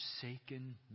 forsaken